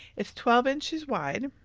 is twelve inches wide